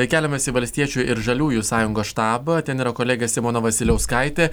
keliamės į valstiečių ir žaliųjų sąjungos štabą ten yra kolegė simona vasiliauskaitė